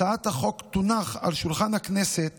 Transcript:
הצעת החוק תונח על שולחן הכנסת